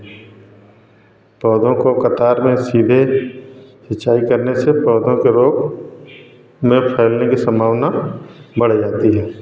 पौधों को कतार में सीधे सिंचाई करने से पौधों को रॉ में फैलने की संभावना बढ़ जाती है